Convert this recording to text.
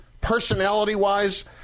personality-wise